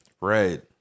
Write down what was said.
right